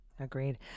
Agreed